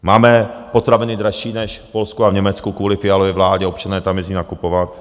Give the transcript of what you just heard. Máme potraviny dražší než v Polsku a v Německu kvůli Fialově vládě, občané tam jezdí nakupovat.